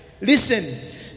Listen